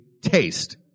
taste